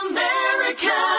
America